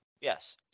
Yes